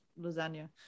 lasagna